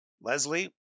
Leslie